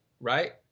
right